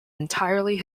entirely